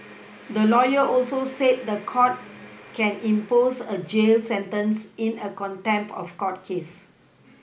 the lawyer also said the court can impose a jail sentence in a contempt of court case